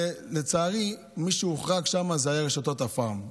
ולצערי, מי שהוחרגו שם היו רשתות הפארם.